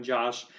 Josh